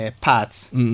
parts